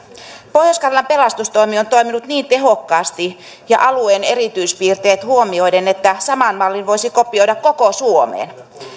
pohjois karjalan pelastustoimi on toiminut niin tehokkaasti ja alueen erityispiirteet huomioiden että saman mallin voisi kopioida koko suomeen